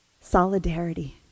solidarity